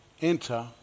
enter